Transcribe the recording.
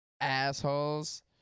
Assholes